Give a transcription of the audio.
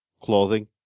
clothing